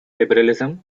liberalism